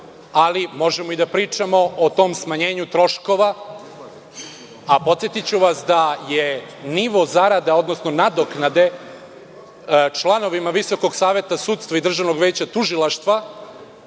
ali možemo da pričamo o tom smanjenju troškova, a podsetiću vas da je nivo zarada, odnosno nadoknade članovima Visokog saveta sudstva i Državnog veća tužilaštva